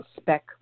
spec